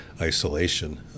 isolation